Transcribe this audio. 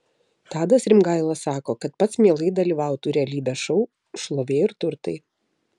tadas rimgaila sako kad pats mielai dalyvautų realybės šou šlovė ir turtai